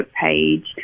page